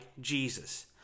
Jesus